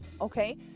okay